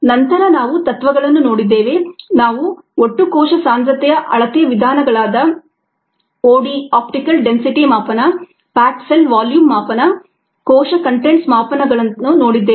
ನಂತರ ನಾವು ತತ್ವಗಳನ್ನು ನೋಡಿದ್ದೇವೆ ನಾವು ಒಟ್ಟು ಕೋಶ ಸಾಂದ್ರತೆಯ ಅಳತೆಯ ವಿಧಾನಗಳಾದ OD ಮಾಪನ ಪ್ಯಾಕ್ಡ್ ಸೆಲ್ ವಾಲ್ಯೂಮ್ ಮಾಪನ ಕೋಶ ಕಂಟೆಂಟ್ಸ ಮಾಪನಗಳನ್ನು ನೋಡಿದ್ದೇವೆ